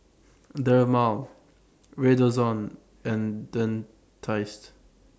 Dermale Redoxon and Dentiste